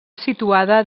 situada